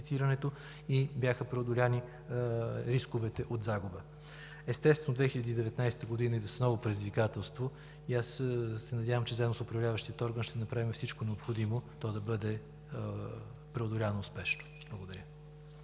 и бяха преодолени рисковете от загуба. Естествено 2019 г. идва с ново предизвикателство и аз се надявам, че заедно с Управляващия орган ще направим всичко необходимо то да бъде преодоляно успешно. Благодаря